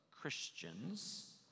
Christians